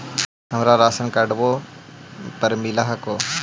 हमरा राशनकार्डवो पर मिल हको?